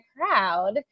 crowd